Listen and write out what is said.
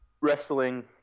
wrestling